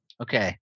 Okay